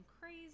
crazy